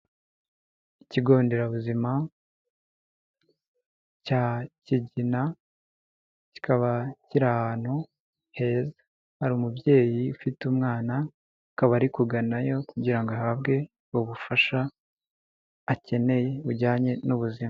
Ikigo nderabuzima cya Kigina, kikaba kiri ahantu heza, hari umubyeyi ufite umwana akaba ari kuganayo kugira ngo ahabwe ubufasha akeneye bujyanye n'ubuzima.